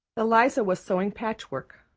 eliza was sewing patchwork,